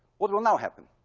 what will now happen?